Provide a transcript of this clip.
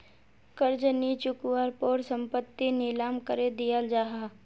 कर्ज नि चुक्वार पोर संपत्ति नीलाम करे दियाल जाहा